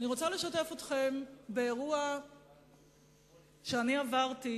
אני רוצה לשתף אתכם באירוע שאני עברתי